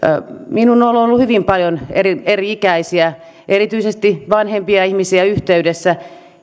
minuun on ollut hyvin paljon eri eri ikäisiä erityisesti vanhempia ihmisiä yhteydessä